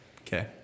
Okay